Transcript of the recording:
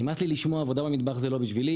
נמאס לי לשמוע: עבודה במטבח זה לא בשבילי,